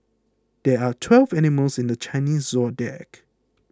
there are twelve animals in the Chinese zodiac